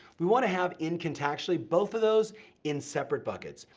we wanna have in contactually, both of those in separate buckets.